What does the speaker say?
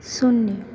शून्य